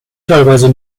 teilweise